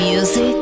Music